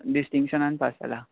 डिस्टींगशनान pass जालां